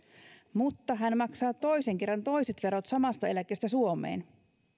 mutta hän maksaa toisen kerran toiset verot samasta eläkkeestä suomeen se